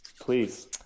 Please